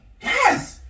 Yes